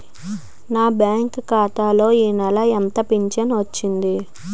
నా బ్యాంక్ ఖాతా లో ఈ నెల ఎంత ఫించను వచ్చింది?